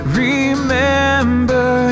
remember